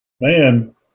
Man